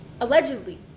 Allegedly